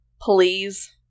Please